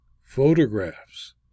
photographs